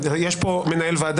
יש פה מנהל ועדה,